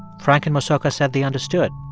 frank and mosoka said they understood,